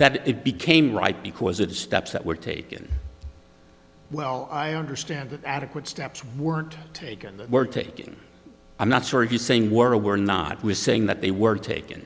that it became right because of the steps that were taken well i understand that adequate steps weren't taken that were taking i'm not sure you saying we're we're not we're saying that they were taken